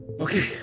Okay